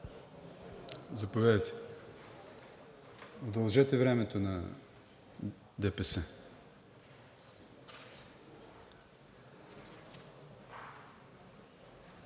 заповядайте. Удължете времето на ДПС!